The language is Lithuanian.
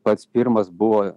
pats pirmas buvo